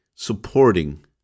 supporting